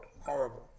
horrible